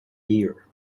year